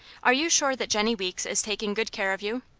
are you sure that jennie weeks is taking good care of you?